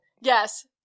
Yes